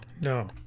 no